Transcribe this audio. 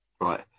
Right